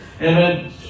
Amen